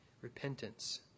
repentance